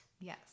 Yes